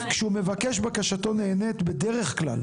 בקשתו נענית בדרך כלל,